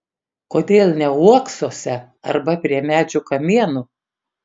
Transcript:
kodėl ne uoksuose arba prie medžių kamienų